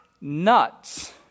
nuts